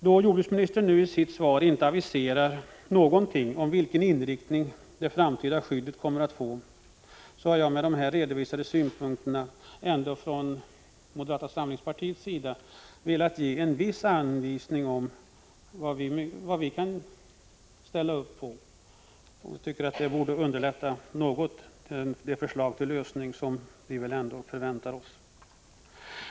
Då jordbruksministern i sitt svar inte har aviserat någonting om vilken inriktning det framtida skyddet kommer att få, har jag med de nu redovisade synpunkterna velat ge en viss anvisning om vad vi från moderata samlingspartiets sida kan ställa upp på. Jag tycker det borde underlätta något att få fram det förslag till lösning som vi förväntar oss.